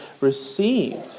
received